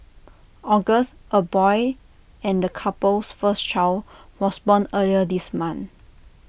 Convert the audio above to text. August A boy and the couple's first child was born earlier this month